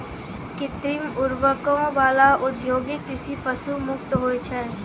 कृत्रिम उर्वरको वाला औद्योगिक कृषि पशु मुक्त होय छै